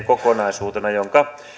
kokonaisuutena ja